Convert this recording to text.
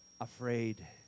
Afraid